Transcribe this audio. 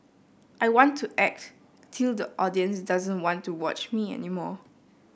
I want to act till the audience doesn't want to watch me any more